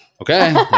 okay